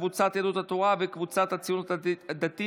קבוצת סיעת יהדות התורה וקבוצת סיעת הציונות הדתית.